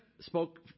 Spoke